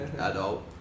adult